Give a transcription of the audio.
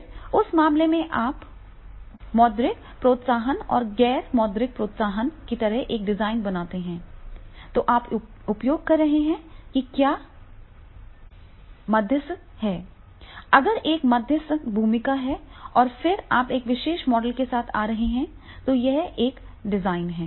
फिर उस मामले में आप मौद्रिक प्रोत्साहन और गैर मौद्रिक प्रोत्साहन की तरह एक डिज़ाइन बनाते हैं तो आप उपयोग कर रहे हैं कि क्या एक मध्यस्थ है अगर एक मध्यस्थ भूमिका है और फिर आप एक विशेष मॉडल के साथ आ रहे हैं जो एक डिज़ाइन है